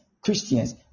Christians